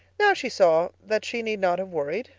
now she saw that she need not have worried.